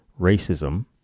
racism